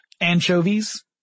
anchovies